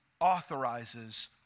authorizes